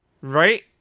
Right